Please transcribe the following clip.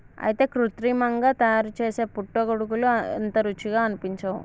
అయితే కృత్రిమంగా తయారుసేసే పుట్టగొడుగులు అంత రుచిగా అనిపించవు